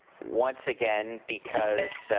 once again because